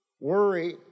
worry